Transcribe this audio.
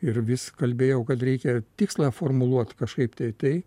ir vis kalbėjau kad reikia tikslą formuluot kažkaip tai tai